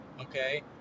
Okay